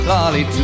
Lolly